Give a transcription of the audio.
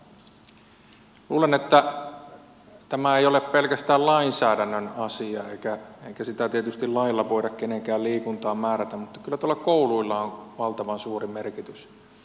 luulen että tämä ei ole pelkästään lainsäädännön asia eikä tietysti lailla voida kenenkään liikuntaa määrätä mutta kyllä kouluilla on valtavan suuri merkitys